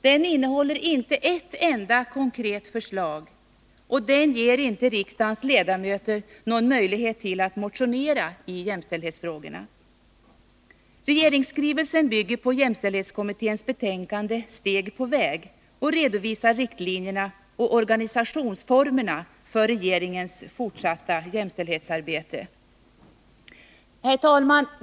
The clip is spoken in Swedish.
Det innehåller inte ett enda konkret förslag och ger inte riksdagens ledamöter någon möjlighet att motionera i jämställdhetsfrågorna. Regeringsskrivelsen bygger på jämställdhetskommitténs betänkande Steg på väg och redovisar riktlinjerna och organisationsformerna för regeringens fortsatta jämställdhetsarbete. Herr talman!